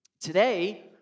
Today